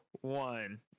one